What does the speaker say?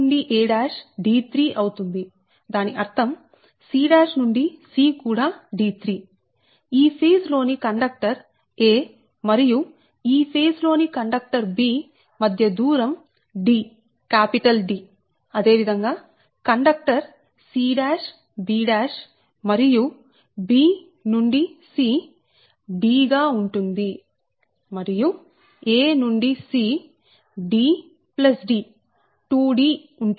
దాని అర్థం c నుండి c కూడా d3 ఈ ఫేజ్ లో ని కండక్టర్ a మరియు ఈ ఫేజ్ లో ని కండక్టర్ b మధ్య దూరం D అదే విధంగా కండక్టర్ c b మరియు b నుండి c D ఉంటుంది మరియు a నుండి c D D 2 D ఉంటుంది